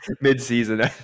mid-season